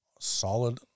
solid